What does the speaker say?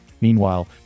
Meanwhile